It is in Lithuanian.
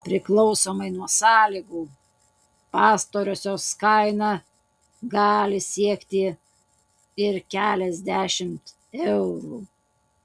priklausomai nuo sąlygų pastarosios kaina gali siekti ir keliasdešimt eurų